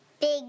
Big